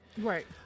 Right